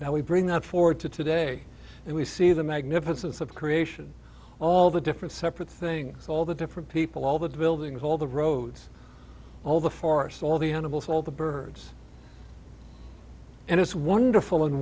that we bring that forward to today and we see the magnificence of creation all the different separate things all the different people all the buildings all the roads all the forests all the animals all the birds and it's wonderful and